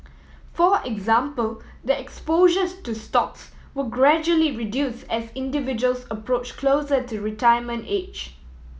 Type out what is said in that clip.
for example the exposures to stocks will gradually reduce as individuals approach closer to retirement age